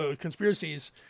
conspiracies